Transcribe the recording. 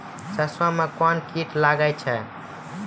सरसों मे कौन कीट लगता हैं?